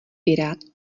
pirát